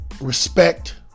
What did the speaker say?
respect